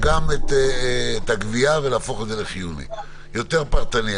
גם את הגבייה, ולהפוך את זה לחיוני, יותר פרטני.